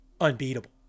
unbeatable